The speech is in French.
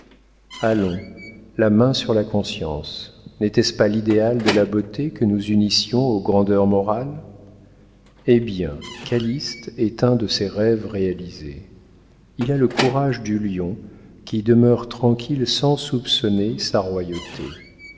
allons la main sur la conscience n'était-ce pas l'idéal de la beauté que nous unissions aux grandeurs morales eh bien calyste est un de ces rêves réalisés il a le courage du lion qui demeure tranquille sans soupçonner sa royauté